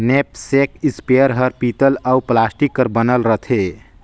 knapsack sprayer हर पीतल अउ प्लास्टिक कर बनल रथे